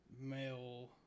male